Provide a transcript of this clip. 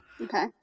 Okay